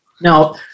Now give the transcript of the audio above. Now